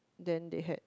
then they had